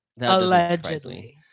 Allegedly